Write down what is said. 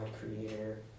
creator